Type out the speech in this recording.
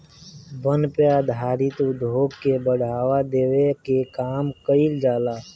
वन पे आधारित उद्योग के बढ़ावा देवे के काम कईल जाला